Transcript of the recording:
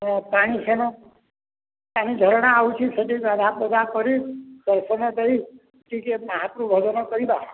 ହ ପାଣି ସେନ୍ ପାଣି ଝରଣା ଆସୁଛି ସେଇଠି ଗାଧୁଆ ପାଧୁଆ କରି ଦର୍ଶନ ଦେଇ ଟିକେ ମହାପ୍ରଭୁ ଭଜନ କରିବା